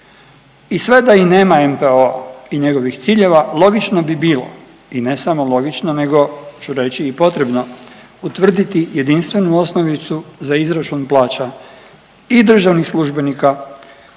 i sve da i nema NPOO-a i njegovih ciljeva, logično bi bilo i ne samo logično, nego ću reći i potrebno utvrditi jedinstvenu osnovicu za izračun plaća i državnih službenika